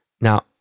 now